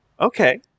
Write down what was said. Okay